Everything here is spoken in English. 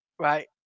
Right